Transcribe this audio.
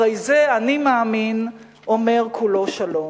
הרי זה 'אני מאמין' אומר כולו שלום."